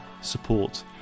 support